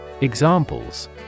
Examples